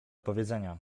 powiedzenia